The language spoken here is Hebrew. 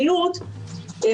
איך